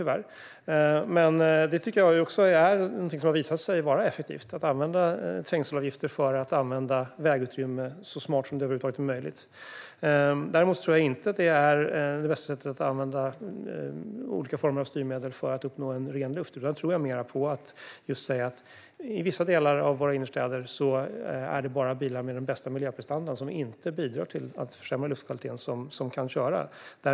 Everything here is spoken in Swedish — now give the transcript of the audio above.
Det har dock visat sig vara effektivt med trängselavgifter för att använda vägutrymme så smart som det över huvud taget är möjligt. Däremot tror jag inte att olika former av ekonomiska styrmedel är rätt sätt för att uppnå ren luft. Jag tror mer på att i vissa delar av innerstäderna ska endast bilar med den bästa miljöprestandan, som inte bidrar till att försämra luftkvaliteten, få köra.